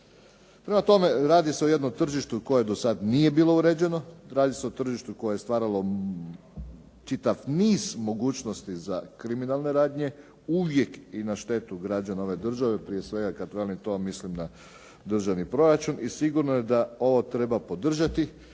Prema tome, radi se o jednom tržištu koje do sada nije bilo uređeno, radi se o tržištu koje je stvaralo čitav niz mogućnosti za kriminalne radnje uvijek i na štetu građana ove države. Prije svega kad kažem to mislim na državni proračun. I sigurno je da ovo treba podržati.